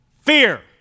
fear